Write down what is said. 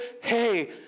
hey